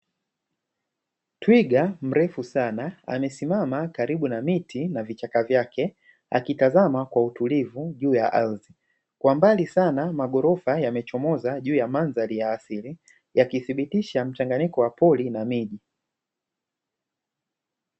Twiga mrefu sana, amesimama karibu na miti na vichaka vyake akitazama kwa utulivu juu ya ardhi, kwa mbali sana maghorofa yamechomoza juu ya mandhari ya asili ,yakithibitisha mchanganyiko wa pori na miji.